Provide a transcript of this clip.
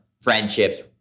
friendships